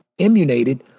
immunated